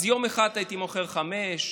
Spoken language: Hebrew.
אז יום אחד מכרתי חמישה,